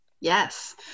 Yes